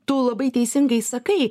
tu labai teisingai sakai